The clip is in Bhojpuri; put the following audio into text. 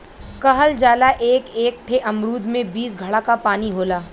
कहल जाला एक एक ठे अमरूद में बीस घड़ा क पानी होला